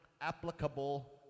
applicable